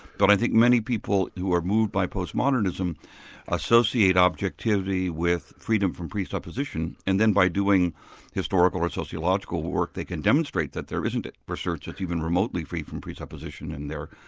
but i think many people who are moved by post modernism associate objectivity with freedom from presupposition and then by doing historical or sociological work, they can demonstrate that there isn't research that's even remotely free from presupposition in there,